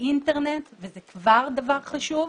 באינטרנט וזה כבר דבר חשוב,